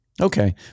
Okay